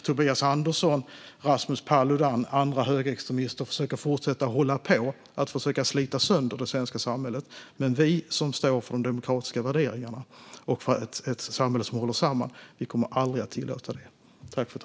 Tobias Andersson, Rasmus Paludan och andra högerextremister kan väl fortsätta att försöka slita sönder det svenska samhället, men vi som står för de demokratiska värderingarna och för ett samhälle som håller samman kommer aldrig att tillåta det.